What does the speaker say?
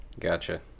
Gotcha